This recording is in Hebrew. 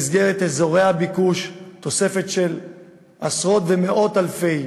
באזורי הביקוש תוספת של עשרות ומאות אלפי